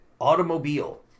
automobile